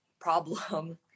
problem